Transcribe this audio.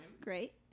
Great